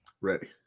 Ready